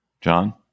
John